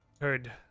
Heard